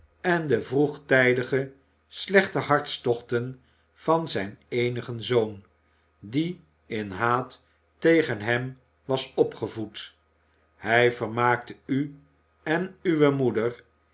en de vroegtijdige slechte hartstochten van zijn eenigen zoon die in haat tegen hem was opgevoed hij vermaakte u en uwe moeder